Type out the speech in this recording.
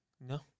No